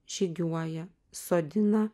žygiuoja sodina